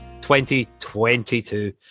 2022